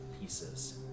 pieces